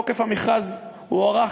תוקף המכרז הוארך,